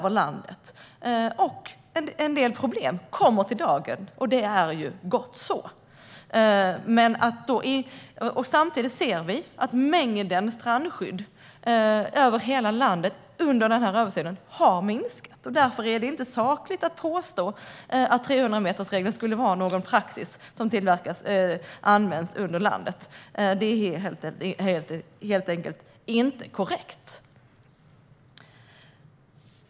En del problem har kommit i dagen, och det är gott så. Samtidigt ser vi under den här översynen att mängden strandskydd över hela landet har minskat. Därför är det inte sakligt rätt att påstå att 300metersregeln skulle vara en praxis som tillämpas över hela landet. Det är helt enkelt inte korrekt.